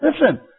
listen